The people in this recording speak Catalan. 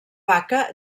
vaca